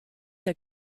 der